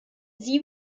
sie